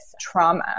trauma